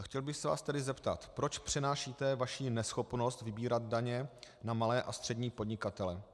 Chtěl bych se vás tedy zeptat: Proč přenášíte vaši neschopnost vybírat daně na malé a střední podnikatele?